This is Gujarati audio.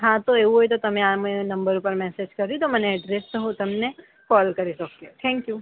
હા તો એવું હોય તો તમે આ નંબર ઉપર મેસેજ કરી દ્યો મને એડ્રેસ તો હું તમને કોલ કરીશ ઓકે થેન્ક યુ